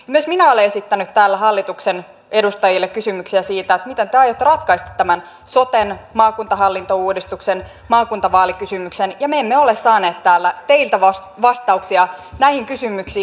myös minä olen esittänyt täällä hallituksen edustajille kysymyksiä siitä miten te aiotte ratkaista tämän soten maakuntahallintouudistuksen maakuntavaalikysymyksen ja me emme ole saaneet täällä teiltä vastauksia näihin kysymyksiin